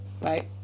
Right